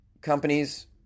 companies